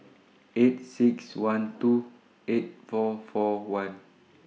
eight six one two eight four four one